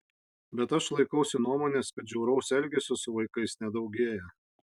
bet aš laikausi nuomonės kad žiauraus elgesio su vaikais nedaugėja